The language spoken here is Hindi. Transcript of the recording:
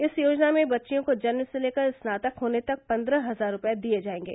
इस योजना में बच्चियों को जन्म से लेकर स्नातक होने तक पन्द्रह हज़ार रूपये दिये जार्येगे